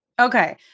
Okay